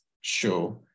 show